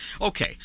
okay